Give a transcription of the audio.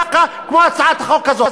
כמו הצעת החוק הזאת.